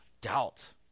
doubt